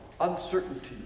uncertainty